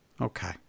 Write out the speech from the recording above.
Okay